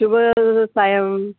शुभ सायं